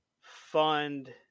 fund